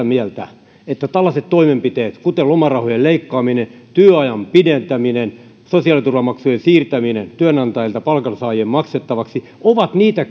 mieltä että tällaiset toimenpiteet kuten lomarahojen leikkaaminen työajan pidentäminen sosiaaliturvamaksujen siirtäminen työnantajilta palkansaajien maksettavaksi ovat niitä